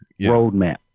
roadmap